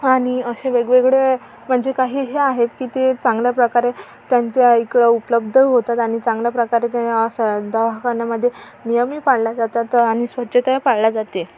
आणि असे वेगवेगळे म्हणजे काही हे आहेत की ते चांगल्या प्रकारे त्यांच्या इकडं उपलब्ध होतात आणि चांगल्या प्रकारे ते असं दवाखान्यामध्ये नियमही पाळल्या जातात आणि स्वच्छता पाळल्या जाते